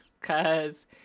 Cause